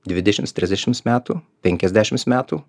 dvidešimt trisdešimt metų penkiasdešimt metų